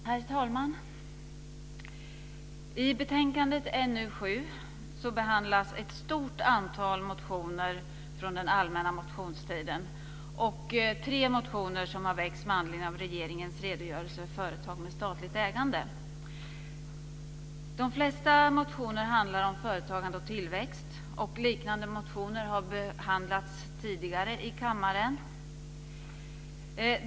Herr talman! I betänkandet NU7 behandlas ett stort antal motioner från den allmänna motionstiden. Tre motioner har väckts med anledning av regeringens redogörelse för företag med statligt ägande. De flesta motioner handlar om företagande och tillväxt. Liknande motioner har behandlats tidigare i kammaren.